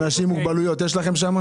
אנשים עם מוגבלויות, יש לכם שם?